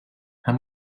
how